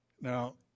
Now